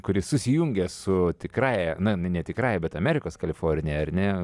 kuri susijungia su tikrąja na ne tikrąja bet amerikos kalifornija ar ne